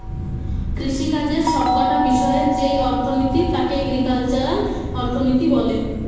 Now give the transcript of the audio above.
কৃষিকাজের সব কটা বিষয়ের যেই অর্থনীতি তাকে এগ্রিকালচারাল অর্থনীতি বলে